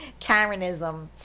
Karenism